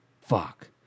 Fuck